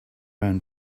ran